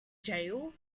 jail